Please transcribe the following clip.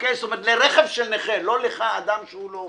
של נכה, לא לאדם שאינו נכה.